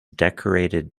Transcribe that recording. decorated